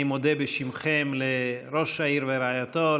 אני מודה בשמכם לראש העיר ורעייתו,